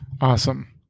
Awesome